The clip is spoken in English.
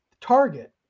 target